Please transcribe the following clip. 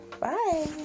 Bye